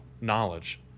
knowledge